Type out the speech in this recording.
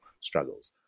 struggles